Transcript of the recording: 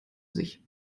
sich